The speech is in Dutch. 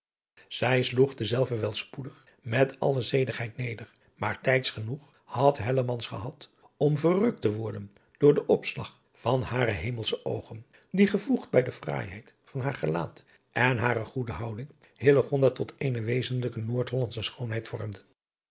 zij sloeg dezelve wel spoedig met alle zedigheid neder maar tijds genoeg had hellemans gehad om verrukt te worden door den opslag van hare hemelsche oogen die gevoegd bij de fraaiheid van haar gelaat en hare goede houding hillegonda tot eene wezenlijke noordhollandsche schoonheid vormden